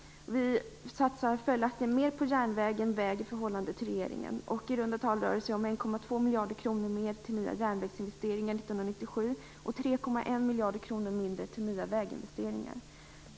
Vi satsar följaktligen mer på järnväg än väg i förhållande till regeringen, och i runda tal rör det sig om 1,2 miljarder kronor mer till nya järnvägsinvesteringar 1997 och 3,1 miljarder kronor mindre till nya väginvesteringar.